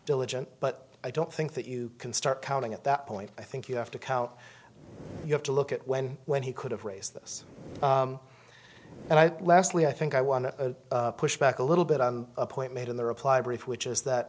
diligent but i don't think that you can start counting at that point i think you have to count you have to look at when when he could have raised this and i last week i think i want to push back a little bit on a point made in the reply brief which is that